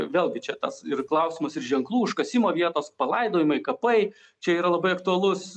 vėlgi čia tas ir klausimas ir ženklų užkasimo vietos palaidojimai kapai čia yra labai aktualus